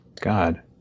God